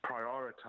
prioritize